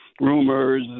rumors